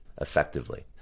effectively